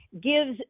gives